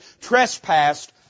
trespassed